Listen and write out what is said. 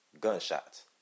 gunshots